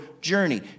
journey